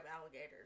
alligators